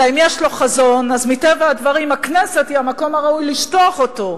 אלא אם יש לו חזון אז מטבע הדברים הכנסת היא המקום הראוי לשטוח אותו,